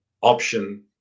option